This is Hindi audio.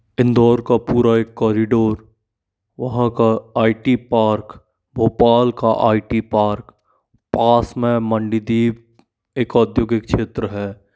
इंदौर का एक पूरा कोरिडोर वहाँ का आई टी पार्क भोपाल का आई टी पार्क पास में मंडी दीप एक औद्योगिक क्षेत्र है